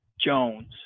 Jones